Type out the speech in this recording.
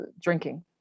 drinking